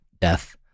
death